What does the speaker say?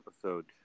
episode